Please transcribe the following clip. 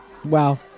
Wow